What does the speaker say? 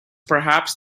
perhaps